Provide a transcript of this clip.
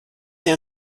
sie